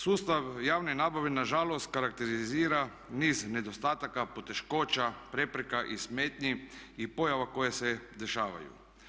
Sustav javne nabave na žalost karakterizira niz nedostataka, poteškoća, prepreka i smetnji i pojava koje se dešavaju.